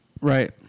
Right